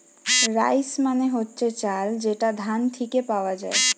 rice মানে হচ্ছে চাল যেটা ধান থিকে পাওয়া যায়